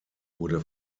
wurde